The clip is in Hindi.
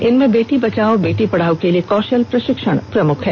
इनमें बेटी बचाओ बेटी पढ़ाओं के लिए कौशल प्रशिक्षण प्रमुख हैं